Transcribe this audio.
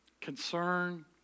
concern